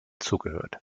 zugehört